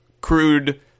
crude